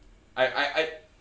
I I I